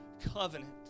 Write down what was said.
covenant